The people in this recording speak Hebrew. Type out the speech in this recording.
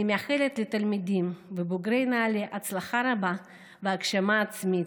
אני מאחלת לתלמידים ולבוגרים של נעל"ה הצלחה רבה והגשמה עצמית,